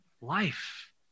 Life